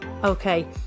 Okay